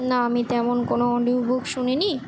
না আমি তেমন কোনো নিউ বুক শুনিনি